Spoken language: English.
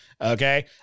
Okay